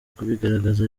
kubigaragaza